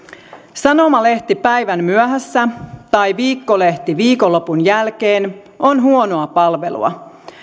sanomalehti päivän myöhässä tai viikkolehti viikonlopun jälkeen on huonoa palvelua